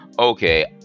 okay